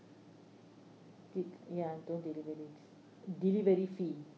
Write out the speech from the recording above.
did ya do delivery delivery fee